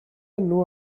enw